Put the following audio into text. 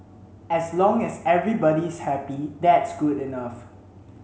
as long as everybody is happy that's good enough